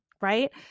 right